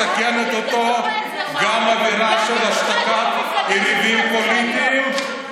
מסכנת אותו גם אווירה של השתקה ממניעים פוליטיים,